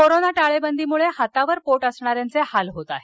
corona टाळेबंदीमुळे हातावर पोट असणाऱ्यांचे हाल होत आहे